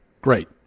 Great